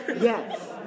Yes